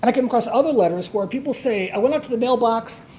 and came across other letters where people say i went to the mailbox